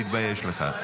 תתבייש לך.